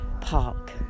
Park